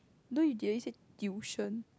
don't you dare say tuition